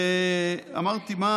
ואמרתי מה